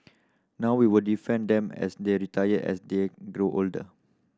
now we will defend them as they retire as they grow older